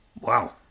Wow